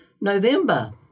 November